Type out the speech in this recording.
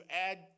add